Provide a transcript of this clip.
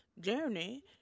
journey